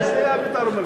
יש "בית"ר אום-אל-פחם".